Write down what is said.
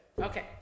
Okay